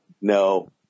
no